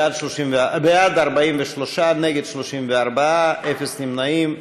בעד, 43, נגד, 34, אפס נמנעים.